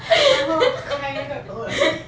然后开那个 oh